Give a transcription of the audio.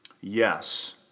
Yes